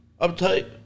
uptight